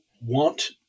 want